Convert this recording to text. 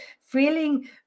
feeling